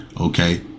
Okay